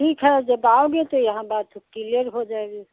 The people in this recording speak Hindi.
ठीक है जब आओगे तो यहाँ बात क्लीयर हो जाएगी